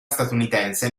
statunitense